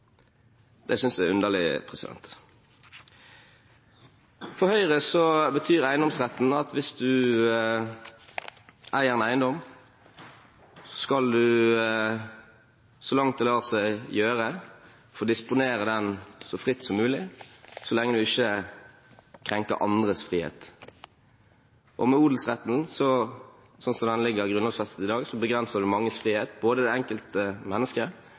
Det synes jeg er underlig. For Høyre betyr eiendomsretten at hvis man eier en eiendom, skal man få disponere den så fritt som mulig, så lenge man ikke krenker andres frihet. Med odelsretten, slik som den ligger grunnlovfestet i dag, begrenser man manges frihet – både det enkelte